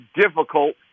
difficult